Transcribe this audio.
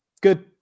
good